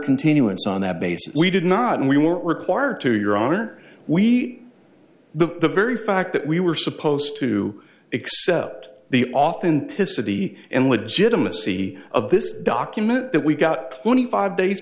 continuance on that basis we did not and we were required to your honor we the very fact that we were supposed to except the authenticity and legitimacy of this document that we've got twenty five days